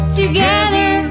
together